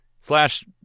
slash